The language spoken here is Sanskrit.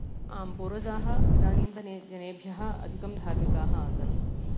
आम् पूर्वजाः इदानीन्तनजनेभ्यः अधिकाः धार्मिकाः आसन्